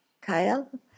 Kyle